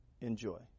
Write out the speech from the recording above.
enjoy